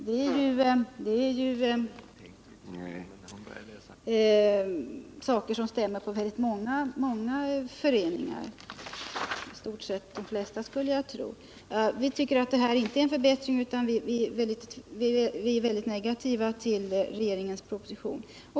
— Det är saker som stämmer på väldigt många föreningar, de flesta, skulle jag tro. Vi tycker inte att det här är en förbättring utan är mycket negativa till propositionen.